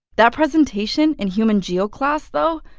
that presentation in human geo class, though,